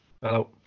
Hello